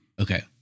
Okay